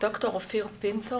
באופן יותר מפורט.